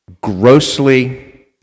grossly